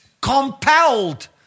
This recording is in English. compelled